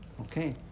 Okay